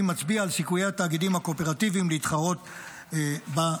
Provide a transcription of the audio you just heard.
מצביע על סיכויי התאגידים הקואופרטיביים להתחרות בשווקים.